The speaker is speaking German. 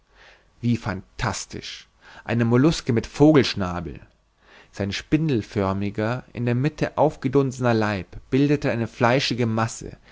wie phantastisch eine molluske mit vogelschnabel sein spindelförmiger in der mitte aufgedunsener leib bildete eine fleischige masse